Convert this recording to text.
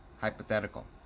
hypothetical